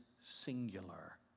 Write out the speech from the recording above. singular